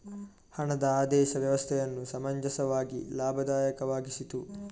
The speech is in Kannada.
ಹಣದ ಆದೇಶ ವ್ಯವಸ್ಥೆಯನ್ನು ಸಮಂಜಸವಾಗಿ ಲಾಭದಾಯಕವಾಗಿಸಿತು